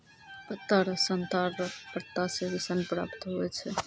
पत्ता रो सन ताड़ रो पत्ता से भी सन प्राप्त हुवै छै